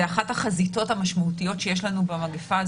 זו אחת החזיתות המשמעותיות שיש לנו במגפה.